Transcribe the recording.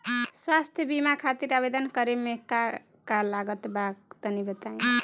स्वास्थ्य बीमा खातिर आवेदन करे मे का का लागत बा तनि बताई?